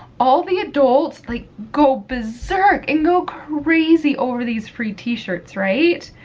all the adults like go berserk and go crazy over these free t-shirts, right?